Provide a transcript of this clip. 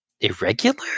irregular